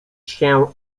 się